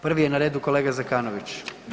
Prvi je na redu kolega Zekanović.